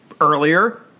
Earlier